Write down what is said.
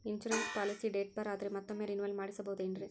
Insurance policy date ಬಾರ್ ಆದರೆ ಮತ್ತೊಮ್ಮೆ ರಿನಿವಲ್ ಮಾಡಿಸಬಹುದೇ ಏನ್ರಿ?